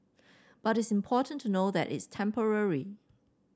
but it's important to know that it's temporary